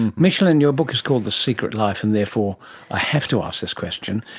and micheline, your book is called the secret life, and therefore i have to ask this question,